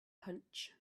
punch